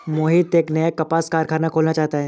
मोहित एक नया कपास कारख़ाना खोलना चाहता है